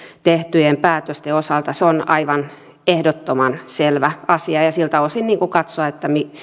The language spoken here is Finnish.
tehtyjen päätösten osalta se on aivan ehdottoman selvä asia ja siltä osin katsoa